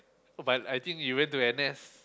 but I think you went to N_S